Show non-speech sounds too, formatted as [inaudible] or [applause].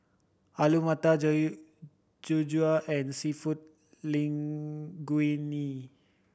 Alu Matar [unintelligible] and Seafood Linguine